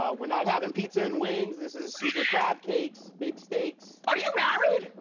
ah we're not having pizza and wings, this is super crab cakes, big steaks. are you married?